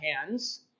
hands